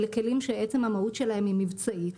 אלה כלים שעצם המהות שלהם היא מבצעית.